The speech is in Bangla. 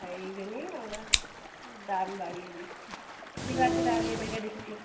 তাই এই জন্যেই আমরা দাম বাড়িয়ে দিচ্ছি ঠিক আছে তাহলে রেখে দিচ্ছি